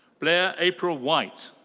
blaire april white.